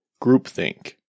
groupthink